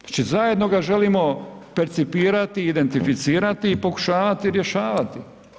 Znači zajedno ga želimo percipirati i identificirati i pokušavati rješavati.